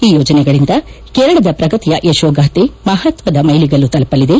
ಈ ಯೋಜನೆಗಳಿಂದ ಕೇರಳದ ಪ್ರಗತಿಯ ಯಶೋಗಾಥೆ ಮಹತ್ವದ ಮೈಲಿಗಲ್ಲ ತಲುಪಲಿದೆ